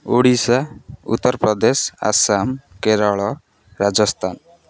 Odisha Uttar Pradesh Assam Kerala Rajasthan